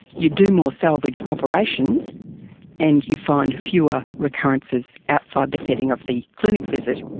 you do more salvage operations and you find fewer recurrences outside the setting of the clinic visit,